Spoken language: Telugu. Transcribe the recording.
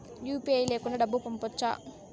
యు.పి.ఐ లేకుండా డబ్బు పంపొచ్చా